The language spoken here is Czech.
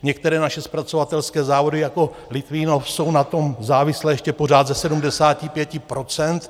Některé naše zpracovatelské závody jako Litvínov jsou na tom závislé ještě pořád ze 75 %.